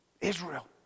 Israel